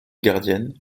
gardienne